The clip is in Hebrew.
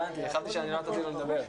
חשבתי שלא נתתי לו לדבר.